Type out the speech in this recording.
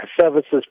services